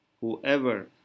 Whoever